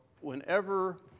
whenever